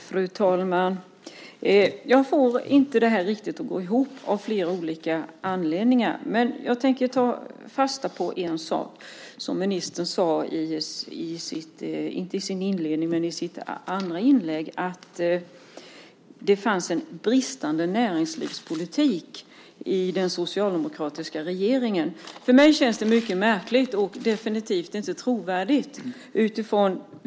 Fru talman! Jag får inte riktigt det här att gå ihop, av flera olika anledningar. Men jag tänkte ta fasta på en sak som ministern sade i sitt andra inlägg, att det fanns en bristande näringslivspolitik i den socialdemokratiska regeringen. För mig känns det mycket märkligt och definitivt inte trovärdigt.